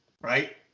right